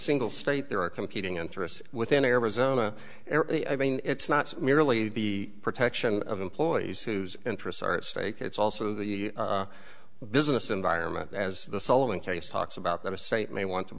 single state there are competing interests within arizona i mean it's not merely the protection of employees whose interests are at stake it's also the business environment as the sole interest talks about that a state may want to